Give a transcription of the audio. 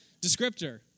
descriptor